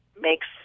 makes